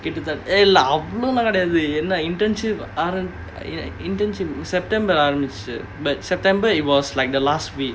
!hey! இல்ல அவ்ளோலாம் கிடையாது என்ன:illa avlolaam kidaiyaathu enna internship ஆறாம்:araam internship september ஆரம்பிச்சிச்சு:aarambichichu but september it was like the last week